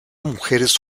mujeres